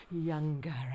younger